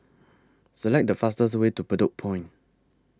Select The fastest Way to Bedok Point